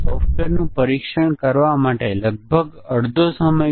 mutation testing સાથે સમસ્યાઓ એક મોટી સમસ્યા સમકક્ષ મ્યુટન્ટ છે